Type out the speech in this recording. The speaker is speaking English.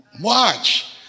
Watch